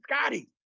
Scotty